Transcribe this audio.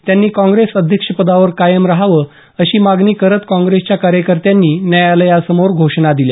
त्यांनी काँप्रेस अध्यक्षपदावर कायम राहावं अशी मागणी करत काँग्रेसच्या कार्यकर्त्यांनी न्यायालयासमोर घोषणा दिल्या